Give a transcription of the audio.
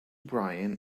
brian